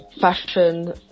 Fashion